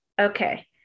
okay